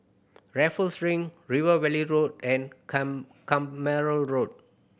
Raffles Link River Valley Road and Carpmael Road